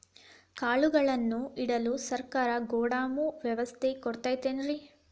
ಕಾಳುಗಳನ್ನುಇಡಲು ಸರಕಾರ ಗೋದಾಮು ವ್ಯವಸ್ಥೆ ಕೊಡತೈತೇನ್ರಿ?